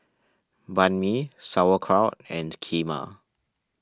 Banh Mi Sauerkraut and Kheema